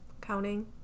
Counting